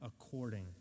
according